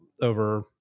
over